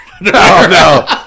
no